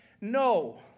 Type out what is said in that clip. no